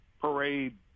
parade